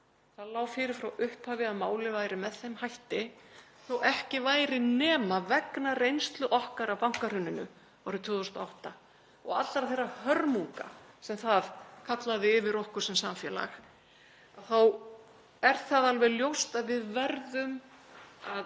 Það lá fyrir frá upphafi að málið væri með þeim hætti, þótt ekki væri nema vegna reynslu okkar af bankahruninu árið 2008 og allra þeirra hörmunga sem það kallaði yfir okkur sem samfélag, og það er alveg ljóst að við verðum að